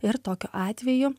ir tokiu atveju